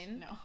No